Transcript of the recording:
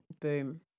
Boom